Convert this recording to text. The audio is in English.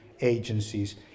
agencies